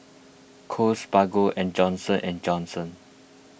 Kose Bargo and Johnson and Johnson